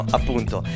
appunto